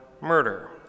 murder